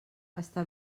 està